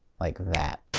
like that.